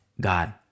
God